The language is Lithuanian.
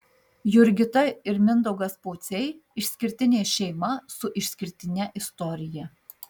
jurgita ir mindaugas pociai išskirtinė šeima su išskirtine istorija